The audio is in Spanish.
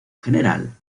general